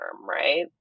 right